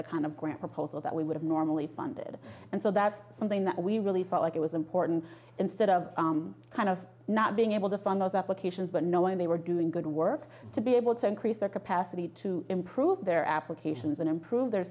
the kind of grant proposal that we would have normally funded and so that's something that we really felt like it was important instead of kind of not being able to fund those applications but knowing they were doing good work to be able to increase their capacity to improve their applications and improve their